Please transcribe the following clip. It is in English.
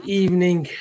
evening